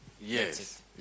Yes